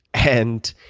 and